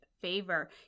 favor